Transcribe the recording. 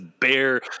bare